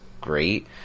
great